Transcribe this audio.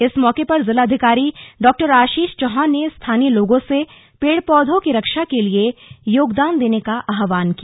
इस मौके पर जिलाधिकारी डॉ आषीश चौहान ने स्थानीय लोगों से पेड़ पौधों की रक्षा के लिए योगदान देने का आवहान किया